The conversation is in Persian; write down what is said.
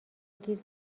گیر